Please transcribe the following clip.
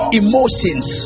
emotions